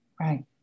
Right